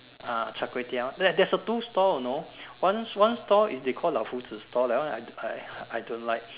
ah Char-kway-Teow there's a two stall you know one one stall they call the Fu Zhu store that one I I don't like